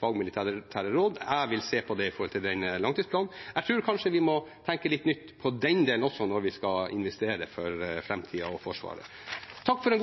fagmilitære råd. Jeg vil se på det i forbindelse med langtidsplanen. Jeg tror vi kanskje må tenke litt nytt på den delen også når vi skal investere for framtida og Forsvaret. Takk til